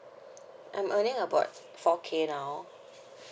I'm earning about four K now